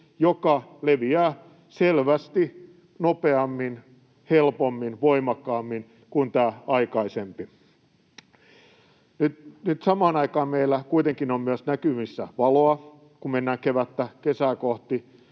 joka leviää selvästi nopeammin, helpommin, voimakkaammin kuin tämä aikaisempi. Nyt samaan aikaan meillä kuitenkin on myös näkyvissä valoa. Kun mennään kevättä, kesää kohti,